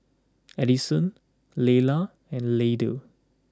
Edison Layla and Lydell